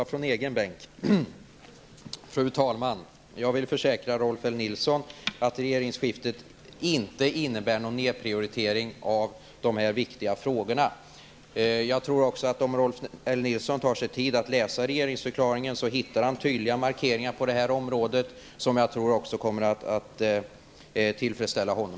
Fru talman! Jag kan försäkra Rolf L Nilson att regeringsskiftet inte innebär någon nedprioritering av dessa viktiga frågor. Om Rolf L Nilson tar sig tid att läsa regeringsförklaringen, så hittar han nog tydliga markeringar på detta område vilka jag tror kommer att tillfredsställa honom.